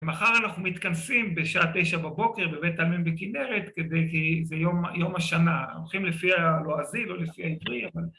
‫מחר אנחנו מתכנסים ‫בשעה תשע בבוקר ‫בבית העלמין בכנרת, ‫כדי כי זה יום... זה יום השנה. ‫אנחנו הולכים לפי הלועזי, ‫לא לפי העברי, אבל...